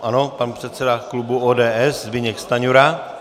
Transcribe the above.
Ano, pan předseda klubu ODS Zbyněk Stanjura.